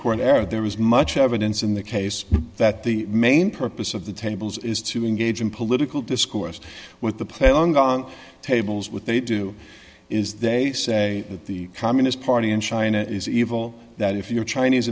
corner where there is much evidence in the case that the main purpose of the tables is to engage in political discourse with the play along on tables with they do is they say that the communist party in china is evil that if you're chinese